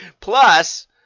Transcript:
Plus